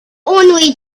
only